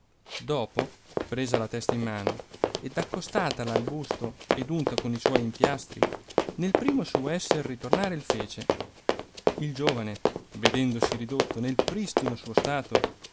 dopo presa la testa in mano ed accostatala al busto ed unta con suoi empiastri nel primo suo esser ritornare il fece il giovane vedendosi ridotto nel pristino suo stato